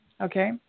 Okay